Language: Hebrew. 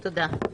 תודה.